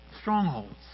strongholds